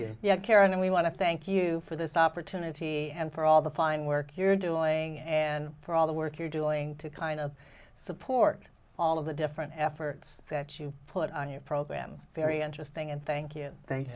care and we want to thank you for this opportunity and for all the fine work you're doing and for all the work you're doing to kind of support all of the different efforts that you put on your program very interesting and thank you thank